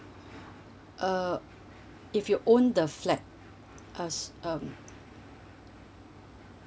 uh if you own the flat us um